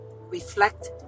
Reflect